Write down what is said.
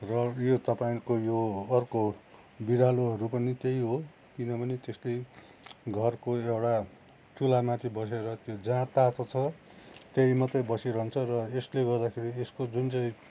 र यो तपाईँहरूको यो अर्को बिरालोहरू पनि त्यही हो किनभने त्यसले घरको एउटा चुलामाथी बसेर त्यो जहाँ तातो छ त्यही मात्रै बसी रहन्छ र यसले गर्दाखेरि यसको जुन चाहिँ